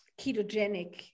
ketogenic